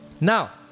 Now